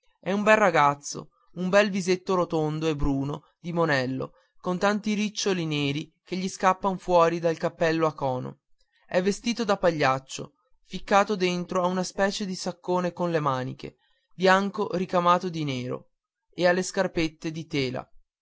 è un bel ragazzo un bel visetto rotondo e bruno di monello con tanti riccioli neri che gli scappan fuori dal cappello a cono è vestito da pagliaccio ficcato dentro a una specie di saccone con le maniche bianco ricamato di nero e ha le scarpette di tela